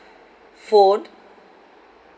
phone